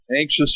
Anxious